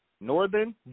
Northern